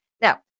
Now